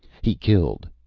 he killed,